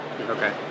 Okay